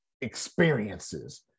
experiences